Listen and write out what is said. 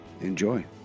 enjoy